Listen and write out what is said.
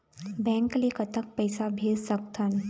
Bank ले कतक पैसा भेज सकथन?